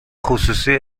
خصوصی